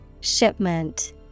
Shipment